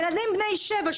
ילדים בני שבע,